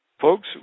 Folks